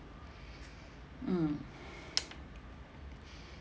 mm